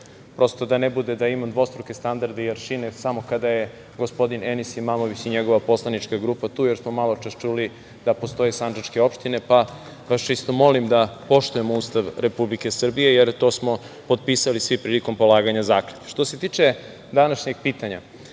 Prosto da ne bude da imam dvostruke standarde i aršine samo kada je gospodine Enis Imamović i njegova poslanička grupa tu, jer smo maločas čuli da postoji sandžačke opštine, pa vas čisto molim da poštujemo Ustav Republike Srbije, jer to smo potpisali svi prilikom polaganja zakletve. Što se tiče današnjeg pitanja,